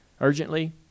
urgently